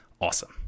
awesome